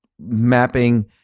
mapping